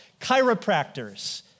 chiropractors